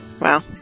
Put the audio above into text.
Wow